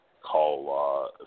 call